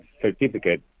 certificate